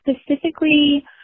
specifically